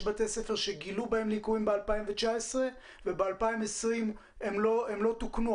בתי ספר שגילו בהם ליקויים ב-2019 וב-2020 הם לא תוקנו.